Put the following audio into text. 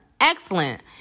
excellent